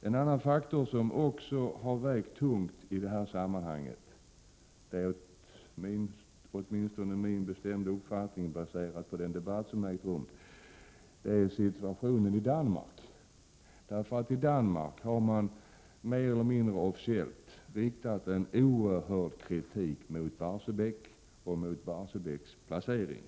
En annan faktor som också har vägt tungt i detta sammanhang, åtminstone enligt min bestämda uppfattning som är baserad på den debatt som har ägt rum, är situationen i Danmark. I Danmark har man nämligen mer eller mindre officiellt riktat en oerhörd kritik mot Barsebäck och mot Barsebäcks placering.